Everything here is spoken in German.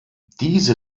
diese